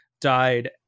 died